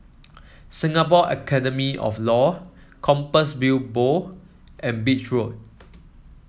Singapore Academy of Law Compassvale Bow and Beach Road